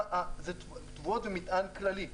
תבואות ומטען כללי.